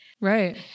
Right